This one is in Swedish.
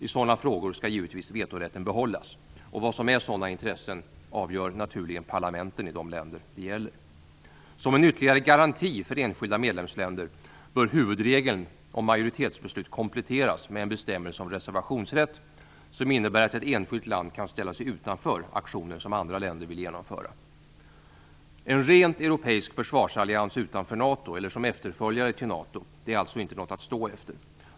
I sådana frågor skall givetvis vetorätten behållas. Vad som är sådana intressen avgör naturligen parlamenten i de länder det gäller. Som en ytterligare garanti för enskilda medlemsländer bör huvudregeln om majoritetsbeslut kompletteras med en bestämmelse om reservationsrätt som innebär att ett enskilt land kan ställa sig utanför aktioner som andra medlemsländer vill genomföra. En rent europeisk försvarsallians utanför NATO eller som efterföljare till NATO är inget att stå efter.